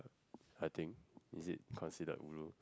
I think is it considered ulu